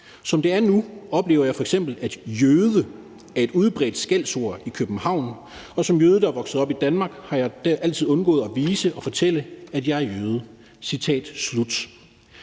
»Som det er nu, oplever jeg f.eks., at »jøde« er et udbredt skældsord i København. Som jøde, der er vokset op i Danmark, har jeg altid undgået at vise/fortælle, at jeg er jøde.«